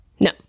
no